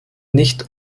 nicht